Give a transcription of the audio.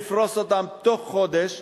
לפרוס אותם כל חודש.